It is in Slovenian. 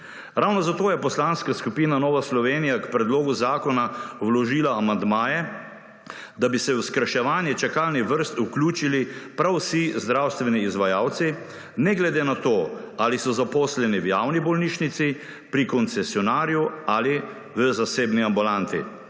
Ravno zato je Poslanska skupina Nova Slovenija k predlogu zakona vložila amandmaje, da bi se v skrajševanje čakalnih vrst vključili prav vsi zdravstveni izvajalci ne glede na to ali so zaposleni v javni bolnišnici, pri koncesionarju ali v zasebni ambulanti.